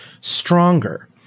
stronger